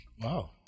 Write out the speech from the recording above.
Wow